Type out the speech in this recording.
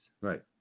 right